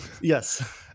Yes